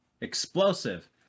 Explosive